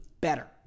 better